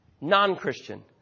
non-Christian